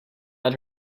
let